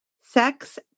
Sex